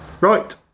Right